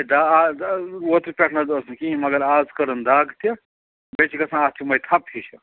دا آ دا اوترٕ پٮ۪ٹھ نہَ حظ ٲسۍ نہٕ کِہیٖنٛۍ مگر اَز کٔرٕن دَگ تہِ بیٚیہِ چھِ گژھان اَتھ یِمٕے تھپہٕ ہِشہٕ